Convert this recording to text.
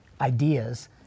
ideas